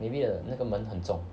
maybe the 那个门很重